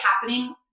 happening